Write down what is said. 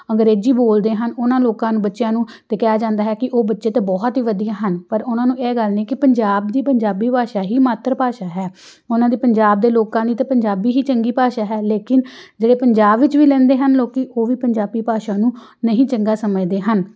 ਅੰਗਰੇਜ਼ੀ ਬੋਲਦੇ ਹਨ ਉਹਨਾਂ ਲੋਕਾਂ ਨੂੰ ਬੱਚਿਆਂ ਨੂੰ ਤਾਂ ਕਿਹਾ ਜਾਂਦਾ ਹੈ ਕਿ ਉਹ ਬੱਚੇ ਤਾਂ ਬਹੁਤ ਹੀ ਵਧੀਆ ਹਨ ਪਰ ਉਹਨਾਂ ਨੂੰ ਇਹ ਗੱਲ ਨਹੀਂ ਕਿ ਪੰਜਾਬ ਦੀ ਪੰਜਾਬੀ ਭਾਸ਼ਾ ਹੀ ਮਾਤਰ ਭਾਸ਼ਾ ਹੈ ਉਹਨਾਂ ਦੇ ਪੰਜਾਬ ਦੇ ਲੋਕਾਂ ਲਈ ਤਾਂ ਪੰਜਾਬੀ ਹੀ ਚੰਗੀ ਭਾਸ਼ਾ ਹੈ ਲੇਕਿਨ ਜਿਹੜੇ ਪੰਜਾਬ ਵਿੱਚ ਵੀ ਰਹਿੰਦੇ ਹਨ ਲੋਕ ਉਹ ਵੀ ਪੰਜਾਬੀ ਭਾਸ਼ਾ ਨੂੰ ਨਹੀਂ ਚੰਗਾ ਸਮਝਦੇ ਹਨ